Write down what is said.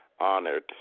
honored